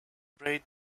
braid